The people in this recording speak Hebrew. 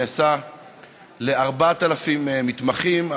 שנעשה ל-4,000 מתמחים,